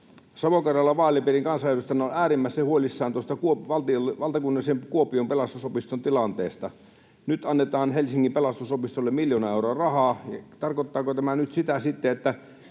Savo-Karjalan vaalipiirin kansanedustajana olen äärimmäisen huolissani valtakunnallisen Kuopion Pelastusopiston tilanteesta. Nyt annetaan Helsingin pelastusopistolle miljoona euroa rahaa. Tarkoittaako tämä nyt sitten